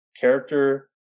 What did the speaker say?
character